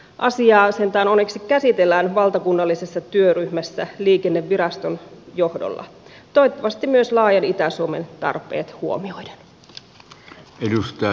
asiaa sentään onneksi käsitellään valtakunnallisessa työryhmässä liikenneviraston johdolla toivottavasti myös laajan itä suomen tarpeet huomioiden